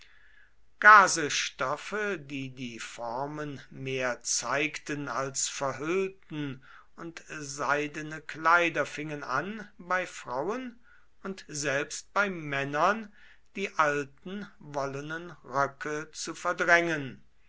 gazestoffe die die formen mehr zeigten als verhüllten und seidene kleider fingen an bei frauen und selbst bei männern die alten wollenen röcke zu verdrängen